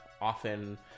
often